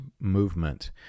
movement